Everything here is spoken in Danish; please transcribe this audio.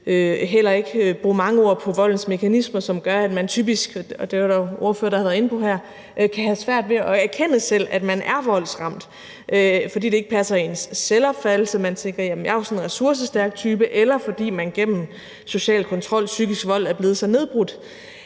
heller ikke bruge mange ord på voldens mekanismer, som gør, at man typisk – det er der jo også ordførere der har været inde på – selv kan have svært ved at erkende, at man er voldsramt, fordi det ikke passer ind i ens selvopfattelse, fordi man tænker, at man jo er sådan en ressourcestærk type, eller fordi man gennem social kontrol eller psykisk vold er blevet så nedbrudt,